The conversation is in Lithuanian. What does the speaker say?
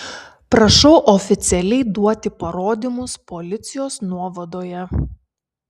prašau oficialiai duoti parodymus policijos nuovadoje